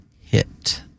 Hit